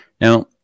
Now